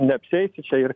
neapsieisi čia ir